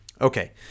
Okay